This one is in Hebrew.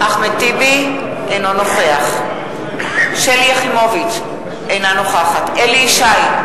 אינו נוכח שלי יחימוביץ, אינה נוכחת אליהו ישי,